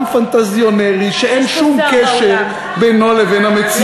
פנטזיונרי שאין שום קשר בינו לבין המציאות,